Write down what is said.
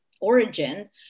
origin